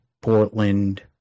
Portland